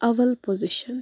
اول پوزِشَن